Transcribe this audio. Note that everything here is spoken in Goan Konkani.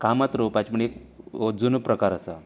कामत रोवपाची म्हण एक जुनो प्रकार आसा